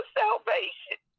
salvation